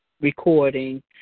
recording